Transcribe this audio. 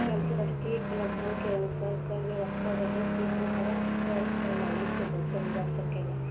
अंतर्राष्ट्रीय कलाधन के अनुसार कर व्यवस्था रहे से दोहरा कर प्रणाली से बचल जा सकेला